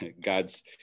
God's